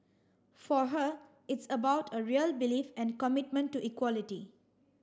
for her it's about a real belief and commitment to equality